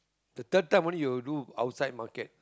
the third time only you do outside market